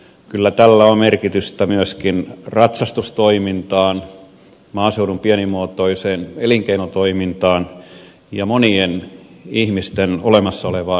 kyllä tällä on vaikutusta myöskin ratsastustoimintaan maaseudun pienimuotoiseen elinkeinotoimintaan ja monien ihmisten olemassa olevaan työpaikkaan